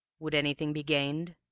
would anything be gained?